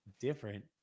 different